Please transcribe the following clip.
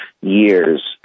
years